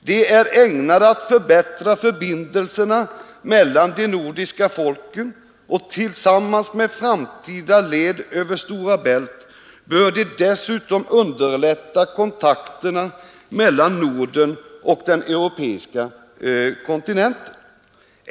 De är ägnade att förbättra förbindelserna mellan de nordiska folken och tillsammans med framtida led över Stora Bält bör de dessutom underlätta kontakterna mellan Norden och den europeiska kontinenten.